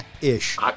Ish